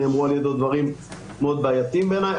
נאמרו על ידו דברים מאוד בעייתיים בעיניי.